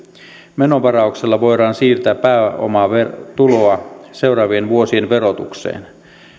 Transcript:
menovarauksella voidaan siirtää pääomatuloa seuraavien vuosien verotukseen